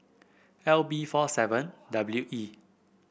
L B four seven W E